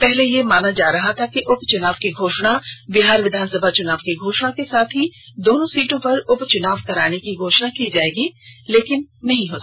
पहले यह माना जा रहा था उपचुनाव की घोषणा बिहार विधानसभा चुनाव के घोषणा के साथ ही दोनों सीटों पर उपचुनाव की घोषणा कर दी जाएगी लेकिन नहीं हो हुई